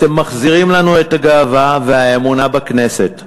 אתם מחזירים לנו את הגאווה והאמונה בכנסת,